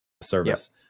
service